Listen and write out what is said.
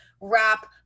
wrap